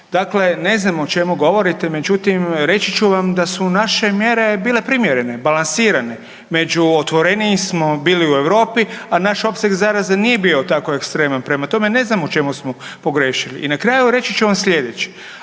Dakle, ne znam o čemu govorite, međutim, reći ću vam da su naše mjere bile primjerene, balansirane, među otvorenijim smo bili u Europi, a naš opseg zaraze nije bio tako ekstreman, prema tome, ne znam u čemu smo pogriješili. I na kraju, reći ću vam sljedeće.